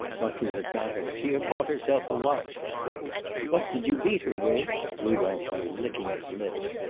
what does that matter she had bought herself a watch what did you beat her with? rudolph was licking his lips.